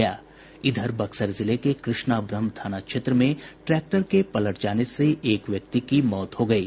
बक्सर जिले में कृष्णाब्रहम् थाना क्षेत्र में ट्रैक्टर के पलट जाने से एक व्यक्ति की मौत हो गयी